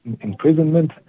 imprisonment